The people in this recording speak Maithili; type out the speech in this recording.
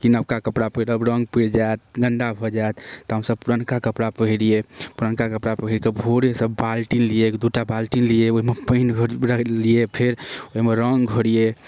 कि नबका कपड़ा पहिरब रङ्ग पैरि जायत गन्दा भऽ जायत तऽ हमसब पुरनका कपड़ा पहिरियै पुरनका कपड़ा पहीरिकऽ भोरेसऽ बाल्टी लियै एक दू टा बाल्टीन लियै ओहिमे पानि लियै फेर ओहिमे रङ्ग घोरियै